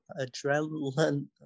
adrenaline